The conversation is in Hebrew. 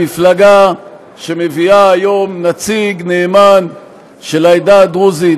במפלגה שמביאה היום נציג נאמן של העדה הדרוזית,